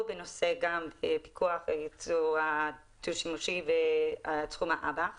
בנושא פיקוח על הייצוא הדו-שימושי בתחום האב"כ